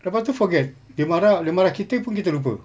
lepas tu forget dia marah dia marah kita pun kita lupa